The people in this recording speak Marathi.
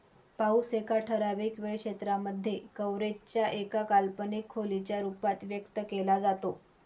पाऊस एका ठराविक वेळ क्षेत्रांमध्ये, कव्हरेज च्या एका काल्पनिक खोलीच्या रूपात व्यक्त केला जातो